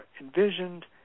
envisioned